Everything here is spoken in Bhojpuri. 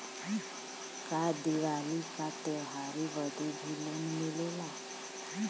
का दिवाली का त्योहारी बदे भी लोन मिलेला?